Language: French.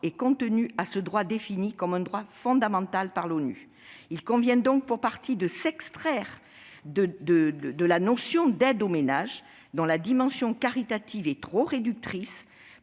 et contenu à ce droit défini comme un droit fondamental par l'ONU. Il convient donc pour partie de s'extraire de la notion d'« aide aux ménages », dont la dimension caritative est trop réductrice,